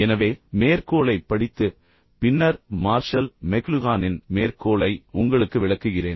எனவே மேற்கோளைப் படித்து பின்னர் மார்ஷல் மெக்லுஹானின் மேற்கோளை உங்களுக்கு விளக்குகிறேன்